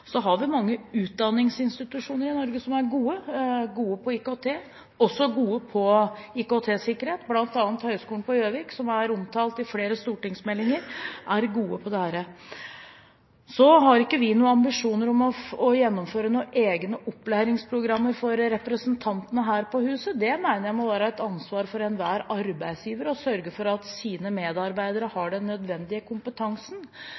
Så har vi mange utdanningsinstitusjoner i Norge som er gode på IKT, og også gode på IKT-sikkerhet. Blant annet er Høgskolen i Gjøvik, som er omtalt i flere stortingsmeldinger, god på dette. Så har ikke vi noen ambisjoner om å gjennomføre noen egne opplæringsprogrammer for representantene her på huset. Jeg mener det må være et ansvar for enhver arbeidsgiver å sørge for at deres medarbeidere har den nødvendige kompetansen.